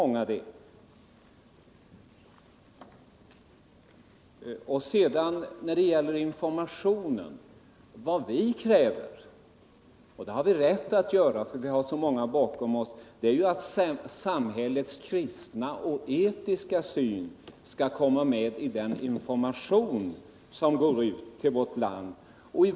När det sedan gäller informationen vill jag säga att vad vi kräver — och det har vi rätt att kräva, för vi har många bakom oss — är att samhällets kristna och etiska syn skall komma med i den information som går ut i vårt land.